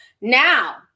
Now